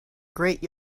great